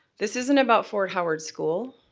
this isn't about fort howard school